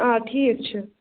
آ ٹھیٖک چھُ